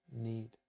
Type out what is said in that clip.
need